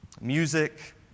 music